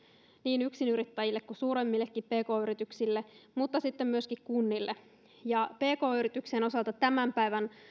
niin yksinyrittäjille kuin suuremmillekin pk yrityksille mutta sitten myöskin kunnille pk yrityksien osalta tämän päivän